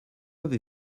avez